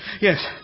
Yes